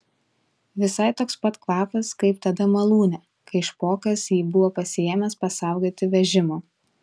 visai toks pat kvapas kaip tada malūne kai špokas jį buvo pasiėmęs pasaugoti vežimo